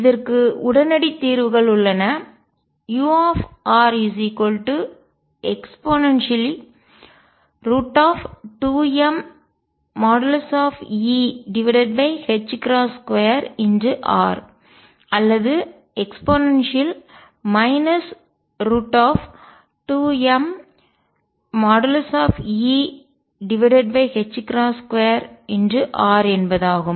இதற்கு உடனடி தீர்வுகள் உள்ளன ure2mE2r அல்லது e 2mE2r என்பதாகும்